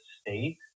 state